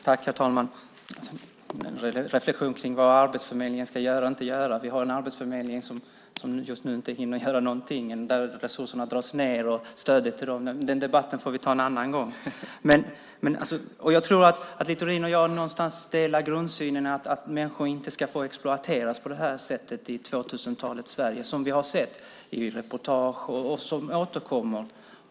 Herr talman! Jag har en reflexion angående talet om vad Arbetsförmedlingen ska göra och inte göra. Vi har en arbetsförmedling som just nu inte hinner göra någonting. Resurserna och stödet dras ned. Men den debatten får vi ta en annan gång. Jag tror att Littorin och jag delar grundsynen att människor inte ska få exploateras på det här sättet i 2000-talets Sverige. Vi har sett det i reportage, och det återkommer.